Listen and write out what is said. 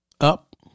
up